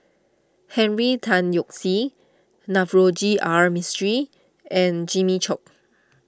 Henry Tan Yoke See Navroji R Mistri and Jimmy Chok